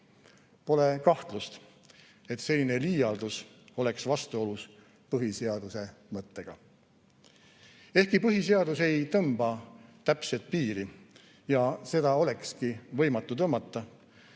Pole kahtlust, et selline liialdus oleks vastuolus põhiseaduse mõttega. Ehkki põhiseadus ei tõmba täpset piiri – ja seda olekski võimatu tõmmata